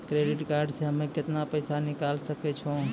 Credit card से हम्मे केतना पैसा निकाले सकै छौ?